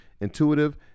intuitive